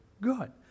good